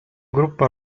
gruppo